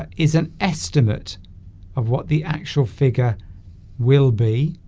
ah is an estimate of what the actual figure will be